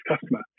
customer